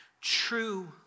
True